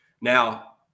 Now